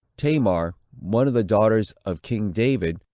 tamar, one of the daughters of king david,